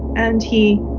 and he